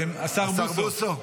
השר בוסו,